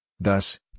Thus